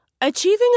Achieving